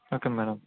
okay madam